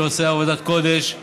שעושה עבודת קודש,